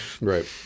Right